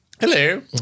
Hello